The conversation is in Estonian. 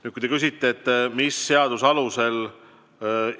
Nüüd, kui te küsite, mis seaduse alusel